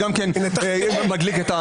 גם זה מדליק.